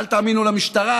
אל תאמינו למשטרה,